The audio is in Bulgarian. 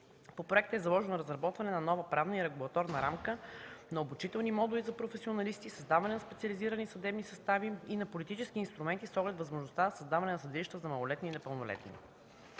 По проекта е заложено разработване на нова правна и регулаторна рамка на обучителни модули за професионалисти, създаване на специализирани съдебни състави и на политически инструменти с оглед възможността за създаване на съдилища за малолетни и непълнолетни.